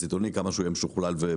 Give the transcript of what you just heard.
הסיטונאי עם כמה שהוא יהיה משוכלל מודרני.